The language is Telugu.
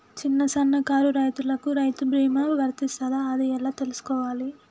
చిన్న సన్నకారు రైతులకు రైతు బీమా వర్తిస్తదా అది ఎలా తెలుసుకోవాలి?